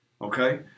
okay